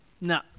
no